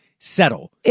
Settle